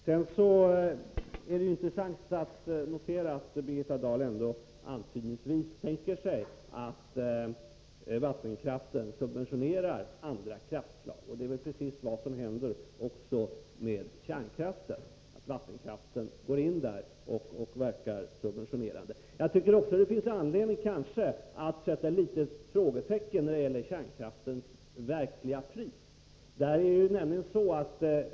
Sedan är det intressant att notera att Birgitta Dahl ändå antydningsvis tänker sig att vattenkraften subventionerar andra kraftslag. Det är väl precis vad som händer också med kärnkraften, att vattenkraft går in där och verkar subventionerande. Jag tycker också att det finns anledning att sätta ett litet frågetecken när det gäller kärnkraftens verkliga pris.